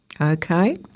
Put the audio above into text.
okay